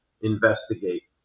investigate